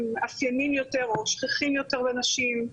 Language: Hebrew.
מאפיינים יותר או שכיחים יותר לנשים.